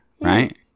right